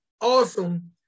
awesome